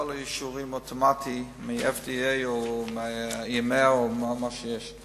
האישורים של ה-FDA או מה-EMEA או מה שיש.